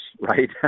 right